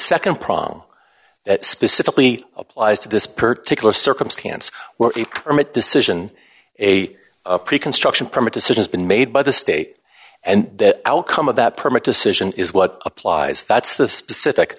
the nd problem that specifically applies to this particular circumstance where the decision a pre construction permit decisions been made by the state and that outcome of that permit decision is what applies that's the specific